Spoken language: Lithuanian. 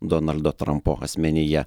donaldo trampo asmenyje